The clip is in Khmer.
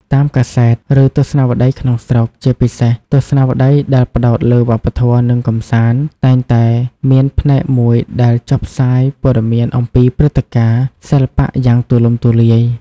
តាមកាសែត ឬទស្សនាវដ្តីក្នុងស្រុក ជាពិសេសទស្សនាវដ្តីដែលផ្តោតលើវប្បធម៌ និងកម្សាន្ត តែងតែមានផ្នែកមួយដែលចុះផ្សាយព័ត៌មានអំពីព្រឹត្តិការណ៍សិល្បៈយ៉ាងទូលំទូលាយ។